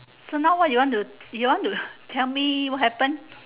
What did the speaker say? so now what you want to you want to tell me what happened